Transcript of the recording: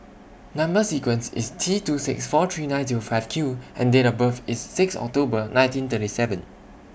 Number sequence IS T two six four three nine two five Q and Date of birth IS six October nineteen thirty seven